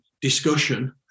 discussion